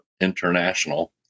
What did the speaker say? International